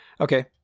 Okay